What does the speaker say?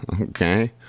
Okay